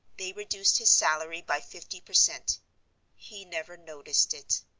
they reduced his salary by fifty per cent he never noticed it.